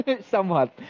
somewhat